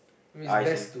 eyes and